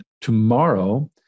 Tomorrow